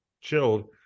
chilled